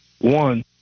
one